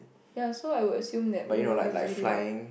ya so I will assume that oh this is really loud